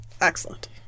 Excellent